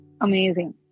Amazing